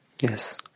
Yes